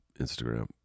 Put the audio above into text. instagram